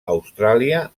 austràlia